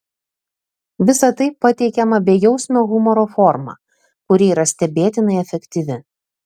visa tai pateikiama bejausmio humoro forma kuri yra stebėtinai efektyvi